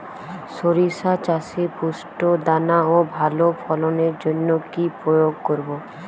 শরিষা চাষে পুষ্ট দানা ও ভালো ফলনের জন্য কি প্রয়োগ করব?